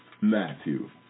Matthew